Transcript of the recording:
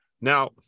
Now